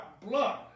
blood